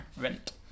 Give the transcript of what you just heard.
rent